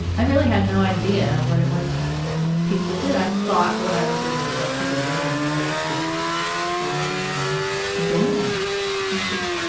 i really had no idea what it was that people did. i thought what i was doing was what people did and i was just being a um doormat. i was just,